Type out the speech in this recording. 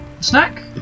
snack